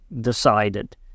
decided